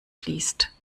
fließt